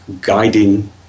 guiding